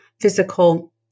physical